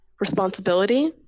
responsibility